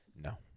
No